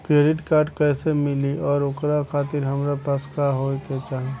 Credit card कैसे मिली और ओकरा खातिर हमरा पास का होए के चाहि?